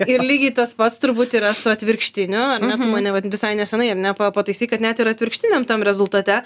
ir lygiai tas pats turbūt yra su atvirkštiniu ar ne mane vat visai nesenai ir ne pa pataisyk kad net ir atvirkštiniam tam rezultate